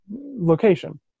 location